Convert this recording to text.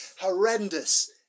horrendous